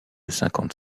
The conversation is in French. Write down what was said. cinquante